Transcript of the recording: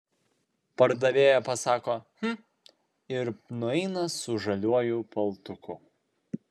pardavėja pasako hm ir nueina su žaliuoju paltuku